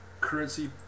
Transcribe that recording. currency